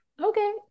Okay